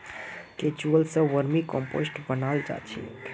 केंचुआ स vermicompost बनाल जा छेक